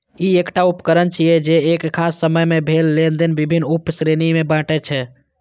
ई एकटा उकरण छियै, जे एक खास समय मे भेल लेनेदेन विभिन्न उप श्रेणी मे बांटै छै